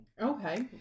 Okay